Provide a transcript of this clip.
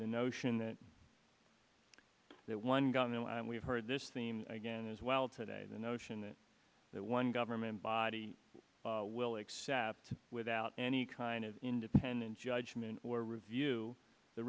the notion that that one got no and we've heard this theme again as well today the notion that one government body will accept without any kind of independent judgment or review the